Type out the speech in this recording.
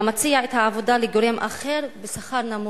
המציע את העבודה לגורם אחר בשכר נמוך?